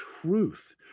truth